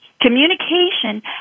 Communication